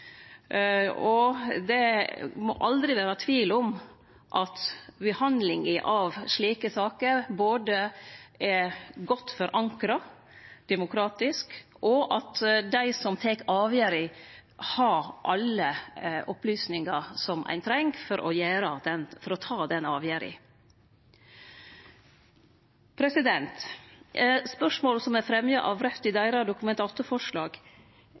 og det må aldri vere tvil om at behandlinga av slike saker er godt forankra demokratisk, og at dei som tek avgjerda, har alle opplysningar som ein treng for å ta den avgjerda. Spørsmåla som er fremja av Raudt i deira